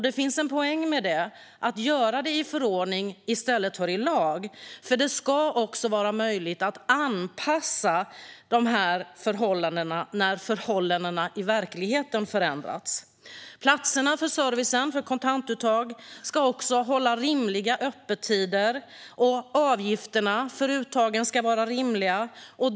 Det finns en poäng med att göra det i förordning i stället för i lag, för det ska vara möjligt att anpassa förhållandena när verkligheten förändrats. Platserna för servicen för kontantuttag ska hålla rimliga öppettider, och avgifterna för uttagen ska vara rimliga.